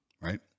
right